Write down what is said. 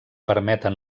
permeten